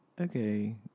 okay